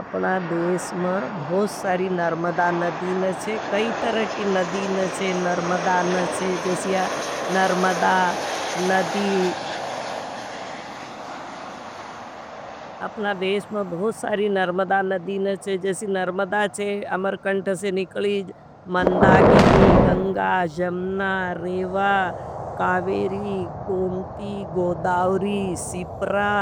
अपना देश में बहुत सारी नर्मदा नदीन चे, कई तरकी नदीन चे, नर्मदान चे, जैसी या नर्मदा नदी है। अपना देश में बहुत सारी नर्मदा नदीन चे, जैसी नर्मदा चे, अमरकंथ से निकली, मंदागीनी, गंगा, जमणा, रेवा, कावेरी, गोमती, गोधावरी, सिप्रा,